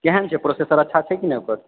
केहन छै प्रोसेसर अच्छा छै कि नहि ओकर